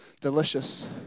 delicious